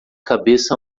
cabeça